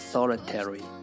Solitary